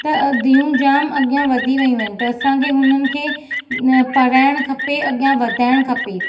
त धीअरूं जामु अॻियां वधी वियूं आहिनि त असाखें हुननि खे पढ़ाइणु खपे अॻियां वधाइणु खपे